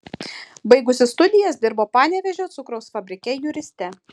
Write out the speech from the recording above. baigusi studijas dirbo panevėžio cukraus fabrike juriste